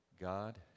God